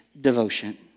devotion